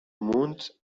موند